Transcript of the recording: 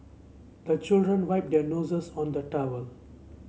the children wipe their noses on the towel